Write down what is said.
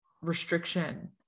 restriction